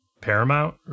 Paramount